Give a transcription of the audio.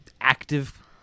active